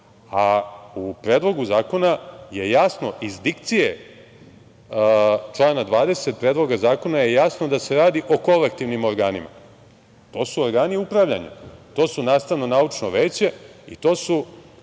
a u Predlogu zakona je jasno iz dikcije člana 20. da se radi o kolektivnim organima. To su organi upravljanja. To su nastavno-naučno veće i to su